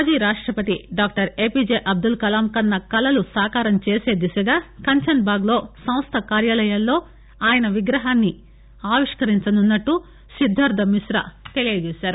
మాజీ రాష్టపతి doctor APJ Abdul Kalam కన్స కలలను సాకారం చేసే దిశగా కంచన్ బాగ్ లో సంస్థ కార్యాలయంలో ఆయన విగ్రహాన్ని ఆవిష్కరించనున్నట్లు సిద్దార్థ మిశ్రా తెలిపారు